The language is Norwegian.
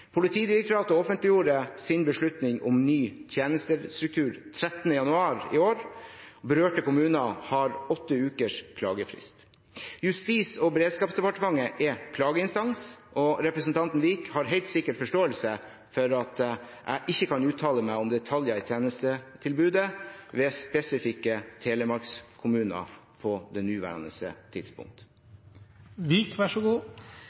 Politidirektoratet offentliggjorde sin beslutning om ny tjenestestruktur 13. januar i år. Berørte kommuner har åtte ukers klagefrist. Justis- og beredskapsdepartementet er klageinstans. Representanten Wiik har helt sikkert forståelse for at jeg ikke kan uttale meg om detaljer i tjenestetilbudet i spesifikke telemarkskommuner på det nåværende